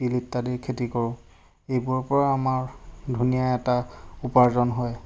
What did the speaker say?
তিল ইত্যাদিৰ খেতি কৰোঁ এইবোৰৰ পৰা আমাৰ ধুনীয়া এটা উপাৰ্জন হয়